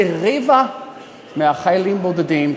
כרבע מהחיילים הבודדים,